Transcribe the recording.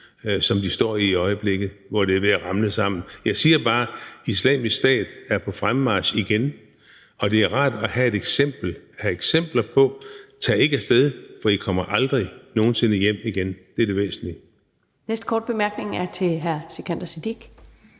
som de står i i øjeblikket, hvor det er ved at ramle sammen. Jeg siger bare, at Islamisk Stat er på fremmarch igen, og at det er rart at have eksempler på det: Tag ikke af sted, for I kommer aldrig nogen sinde hjem igen! Det er det væsentlige. Kl. 23:04 Første næstformand